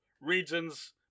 regions